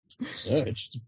Search